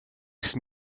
ist